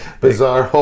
Bizarre